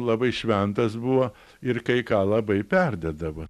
labai šventas buvo ir kai ką labai perdeda va